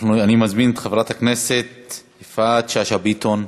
אני מזמין את חברת הכנסת יפעת שאשא ביטון.